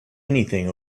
anything